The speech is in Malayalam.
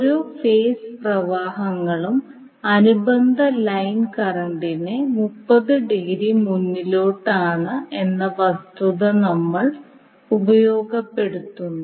ഓരോ ഫേസ് പ്രവാഹങ്ങളും അനുബന്ധ ലൈൻ കറന്റിനെ 30 ഡിഗ്രി മുന്നിലോട്ട് ആണ് എന്ന വസ്തുത നമ്മൾ ഉപയോഗപ്പെടുത്തുന്നു